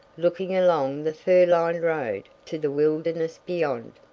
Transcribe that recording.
looking along the fir-lined road to the wilderness beyond.